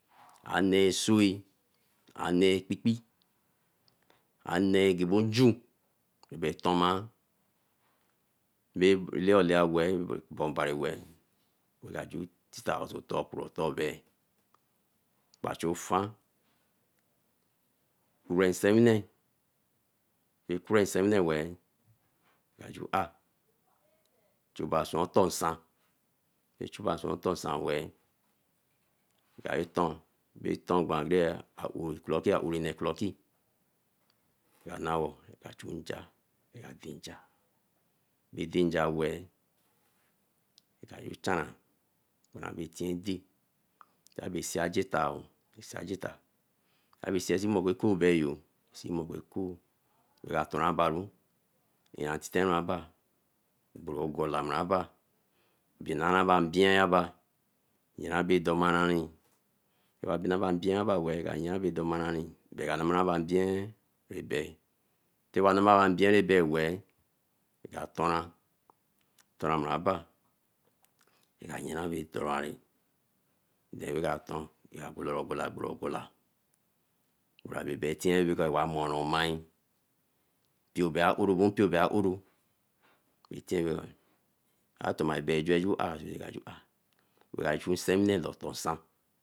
Ane sue, ane kpikpi, anea nge bajon ra bo toma. Mai lao lao a weeh, nga see tita oso otor, kura o tor bae, kpa cho ofan, kure sewine a kure sewine weeh, ba chu are, chuba swan otor nsan, e chuba swan otor nsan weeh, nga see tan, a oori oro clocki nne clocki, kra nawo, nga chu nja nga danja, aka see chanrai bra bae tien dey, saibe see ajaeta oo, abe see mor ekoibae oo, nsee mo bae eko nga torabaro, iyantiten aba, borogela braba bina ra ba binae aba, yaramedomani, nka lamira mbia abie tin ma lama bae mbia abie weeh, nka toran aba raba nka juana mai torani, raka boro ogala, beto ogala, amaro mai, mpio ba oro nga gu are see chu nsewine loo otor nsan.